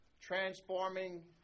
transforming